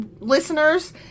listeners